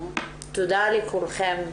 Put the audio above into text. תודה לכולכם.